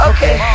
Okay